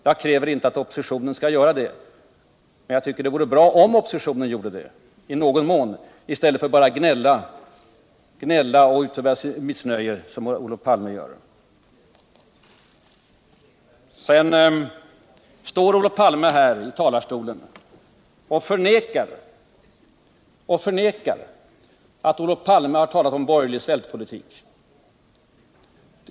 Jag kräver inte att oppositionen skall göra det, men jag tycker att det vore bra om oppositionen gjorde det i någon mån i stället för att gnälla och uttala sitt missnöje som Olof Palme gör. Sedan står Olof Palme här i talarstolen och förnekar att han har talat om borgerlig svältpolitik.